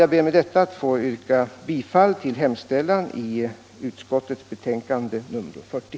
Jag ber med detta att få yrka bifall till finansutskottets hemställan i betänkandet nr 40.